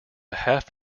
half